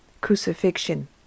crucifixion